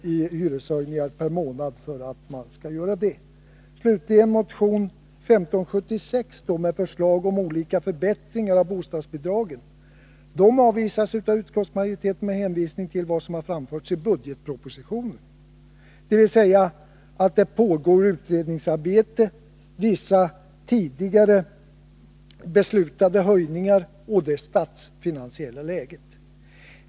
i hyreshöjning per månad för att man skall göra det? Slutligen vill jag beröra motion 1576 med förslag om olika förbättringar av bostadsbidragen. Dessa förslag avvisas av utskottsmajoriteten med hänvis ning till vad som har anförts i budgetpropositionen, dvs. till det utredningsarbete som pågår, till vissa tidigare beslutade höjningar och till det statsfinansiella läget.